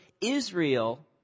Israel